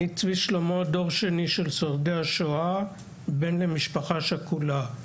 אני דור שני של שורדי השואה, בן למשפחה שכולה.